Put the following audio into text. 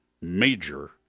major